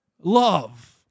Love